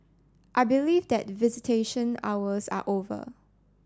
I believe that visitation hours are over